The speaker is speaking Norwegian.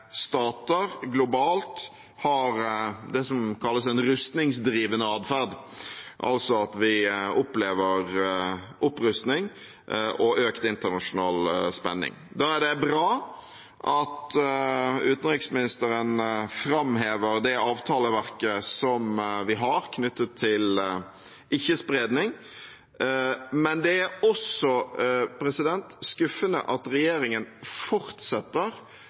stater globalt har det som kalles en rustningsdrivende atferd, altså at vi opplever opprustning og økt internasjonal spenning. Da er det bra at utenriksministeren framhever det avtaleverket som vi har knyttet til ikke-spredning, men det er også skuffende at regjeringen fortsetter